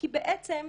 כי הציבור